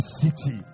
city